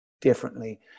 differently